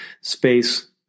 space